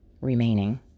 remaining